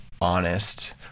honest